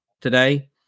today